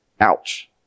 Ouch